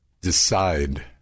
decide